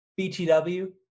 BTW